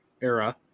era